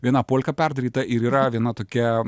viena polka perdaryta ir yra viena tokia